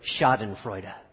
schadenfreude